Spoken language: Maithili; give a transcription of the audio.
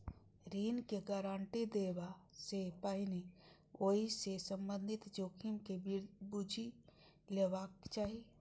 ऋण के गारंटी देबा सं पहिने ओइ सं संबंधित जोखिम के बूझि लेबाक चाही